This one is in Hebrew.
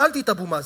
שאלתי את אבו מאזן,